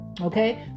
Okay